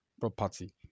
property